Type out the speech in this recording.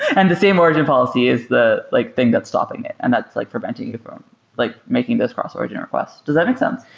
and the same origin policy is the like thing that's stopping it and that's like preventing you from like making this cross-origin request. does that make sense?